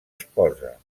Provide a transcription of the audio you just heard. esposa